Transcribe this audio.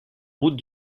route